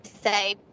say